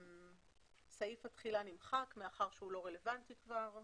סעיף התחילה נמחק מאחר שהוא לא רלוונטי כבר.